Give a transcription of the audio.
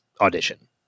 audition